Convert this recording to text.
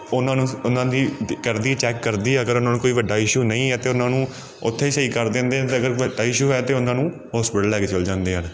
ਉਹਨਾਂ ਨੂੰ ਉਹਨਾਂ ਦੀ ਕਰਦੀ ਚੈੱਕ ਕਰਦੀ ਹੈ ਅਗਰ ਉਹਨਾਂ ਨੂੰ ਕੋਈ ਵੱਡਾ ਇਸ਼ੂ ਨਹੀਂ ਹੈ ਅਤੇ ਉਹਨਾਂ ਨੂੰ ਉੱਥੇ ਸਹੀ ਕਰ ਦਿੰਦੇ ਆ ਅਤੇ ਅਗਰ ਵੱਡਾ ਇਸ਼ੂ ਹੈ ਤਾਂ ਉਹਨਾਂ ਨੂੰ ਹੋਸਪਿਟਲ ਲੈ ਕੇ ਚਲੇ ਜਾਂਦੇ ਹਨ